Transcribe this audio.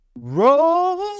Roll